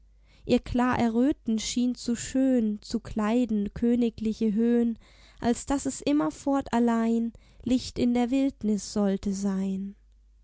ihr klar erröten schien zu schön zu kleiden königliche höhn als daß es immerfort allein licht in der wildnis sollte sein